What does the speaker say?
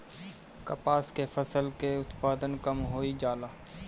कपास के फसल के उत्पादन कम होइ जाला?